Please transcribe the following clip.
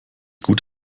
gut